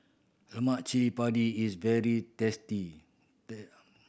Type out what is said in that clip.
Lemak cili padi is very tasty